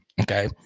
Okay